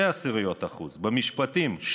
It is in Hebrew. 0.2%; במשפטים,